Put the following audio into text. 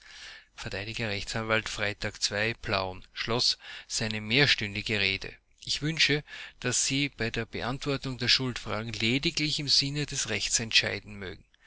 ii plauen schloß seine mehrstündige rede ich wünsche daß sie bei der beantwortung der schuldfragen lediglich im sinne des rechtes entscheiden mögen